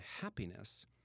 happiness